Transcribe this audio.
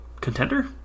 contender